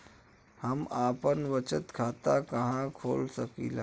हम आपन बचत खाता कहा खोल सकीला?